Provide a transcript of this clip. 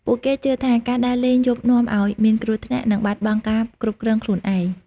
ពួកគេជឿថា ការដើរលេងយប់នាំឱ្យមានគ្រោះថ្នាក់ និងបាត់បង់ការគ្រប់គ្រងខ្លួនឯង។